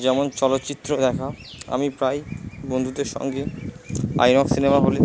যেমন চলচ্চিত্র দেখা আমি প্রায়ই বন্ধুদের সঙ্গে আইনক্স সিনেমা হলে